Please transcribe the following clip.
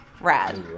Rad